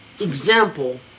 example